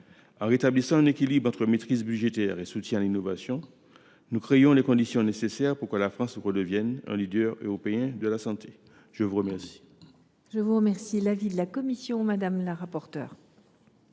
En rétablissant un équilibre entre maîtrise budgétaire et soutien à l’innovation, nous créons les conditions nécessaires pour que la France redevienne un leader européen de la santé. Quel